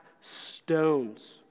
stones